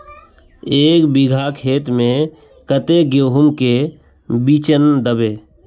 एक बिगहा खेत में कते गेहूम के बिचन दबे?